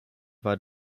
war